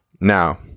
Now